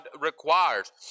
requires